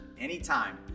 anytime